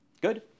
Good